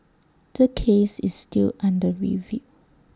the case is still under review